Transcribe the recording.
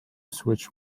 switch